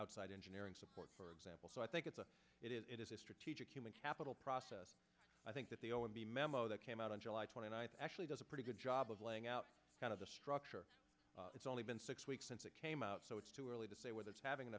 outside engineering support for example so i think it's a it is it is a strategic human capital process i think that the o m b memo that came out on july twenty ninth actually does a pretty good job of laying out kind of the structure it's only been six weeks since it came out so it's too early to say whether it's having an